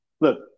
Look